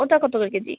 ওটা কত করে কেজি